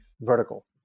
vertical